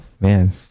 man